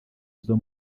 izo